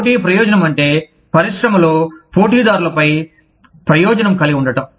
పోటీ ప్రయోజనం అంటే పరిశ్రమలో పోటీదారులపై ప్రయోజనం కలిగి ఉండటం